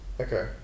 Okay